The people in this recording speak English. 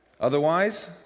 Otherwise